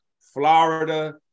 Florida